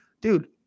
dude